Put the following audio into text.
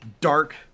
dark